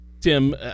Tim